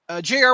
JR